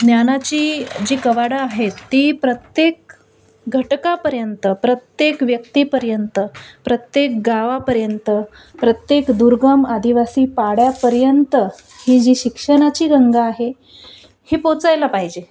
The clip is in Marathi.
ज्ञानाची जी कवाडं आहे ती प्रत्येक घटकापर्यंत प्रत्येक व्यक्तीपर्यंत प्रत्येक गावापर्यंत प्रत्येक दुर्गम आदिवासी पाड्यापर्यंत ही जी शिक्षणाची गंगा आहे ही पोहोचायला पाहिजे